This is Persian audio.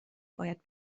باید